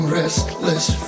restless